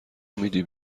میدی